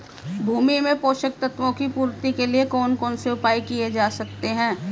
भूमि में पोषक तत्वों की पूर्ति के लिए कौन कौन से उपाय किए जा सकते हैं?